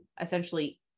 essentially